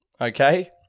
Okay